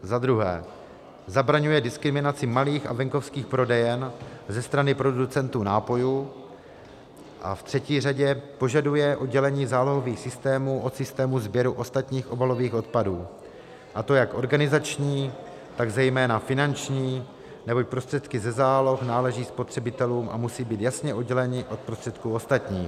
Za druhé zabraňuje diskriminaci malých a venkovských prodejen ze strany producentů nápojů a ve třetí řadě požaduje oddělení zálohových systémů od systému sběru ostatních obalových odpadů, a to jak organizační, tak zejména finanční, neboť prostředky ze záloh náleží spotřebitelům a musí být jasně odděleny od prostředků ostatních.